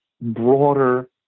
broader